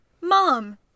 mom